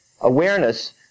Awareness